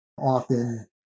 often